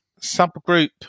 subgroup